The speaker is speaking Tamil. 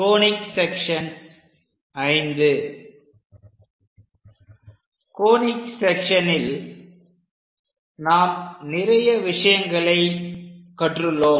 கோனிக் செக்சன்ஸ் V கோனிக் செக்சனில் நாம் நிறைய விஷயங்களை கற்றுள்ளோம்